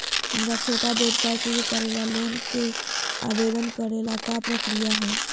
हमरा छोटा व्यवसाय शुरू करे ला के लोन के आवेदन करे ल का प्रक्रिया हई?